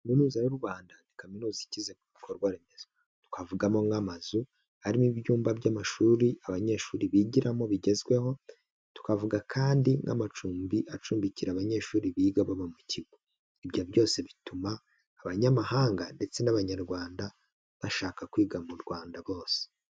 Kaminuza y'u Rwanda ni kaminuza igize ku bikorwaremezo, twavugamo nk'amazu arimo ibyumba by'amashuri abanyeshuri bigiramo bigezweho, tukavuga kandi nk'amacumbi acumbikira abanyeshuri biga baba mu kigo, ibyo byose bituma abanyamahanga ndetse n'abanyarwanda bashaka kwiga mu Rwanda bose.